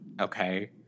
Okay